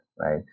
right